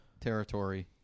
territory